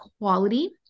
quality